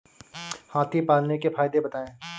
हाथी पालने के फायदे बताए?